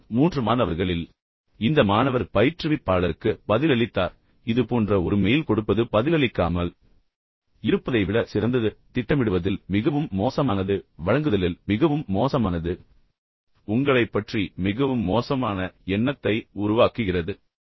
ஒருபுறம் மூன்று மாணவர்களில் குறைந்த பட்சம் இந்த மாணவர் பயிற்றுவிப்பாளருக்கு பதிலளித்தார் ஆனால் மறுபுறம் இது போன்ற ஒரு மெயில் கொடுப்பது பதிலளிக்காமல் இருப்பதை விட சிறந்தது திட்டமிடுவதில் மிகவும் மோசமானது வழங்குதலில் மிகவும் மோசமானது உங்களைப் பற்றி மிகவும் மோசமான எண்ணத்தை உருவாக்குகிறது